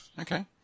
Okay